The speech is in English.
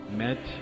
met